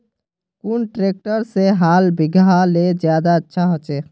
कुन ट्रैक्टर से हाल बिगहा ले ज्यादा अच्छा होचए?